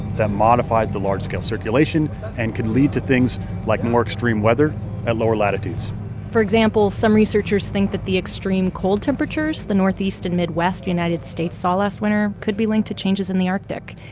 that modifies the large-scale circulation and can lead to things like more extreme weather at lower latitudes for example, some researchers think that the extreme cold temperatures the northeast and midwest united states saw last winter could be linked to changes in the arctic.